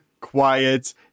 quiet